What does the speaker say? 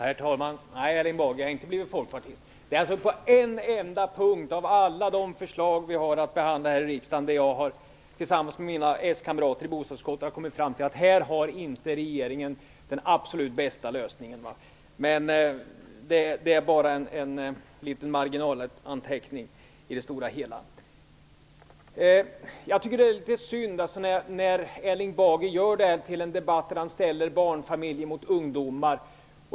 Herr talman! Nej, Erling Bager, jag har inte blivit folkpartist. Av alla de förslag som vi har att behandla här i riksdagen är det på en enda punkt som jag, tillsammans med mina s-kamrater i bostadsutskottet, har kommit fram till att regeringen inte har den absoluta bästa lösningen. Men det är bara en liten marginalanteckning i det stora hela. Det är litet synd att Erling Bager gör detta till en debatt där barnfamiljer ställs mot ungdomar.